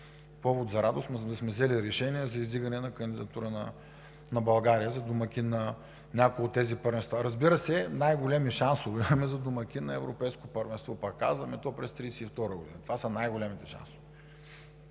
повод за радост, за да сме взели решение за издигане на кандидатура на България за домакин на някои от тези първенства. Разбира се, най-големи шансове имаме за домакин на европейско първенство, пак казвам, и то през 2032 г. Това са най-големите шансове.